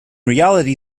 reality